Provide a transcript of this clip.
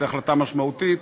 זאת החלטה משמעותית.